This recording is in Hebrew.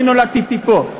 אני נולדתי פה,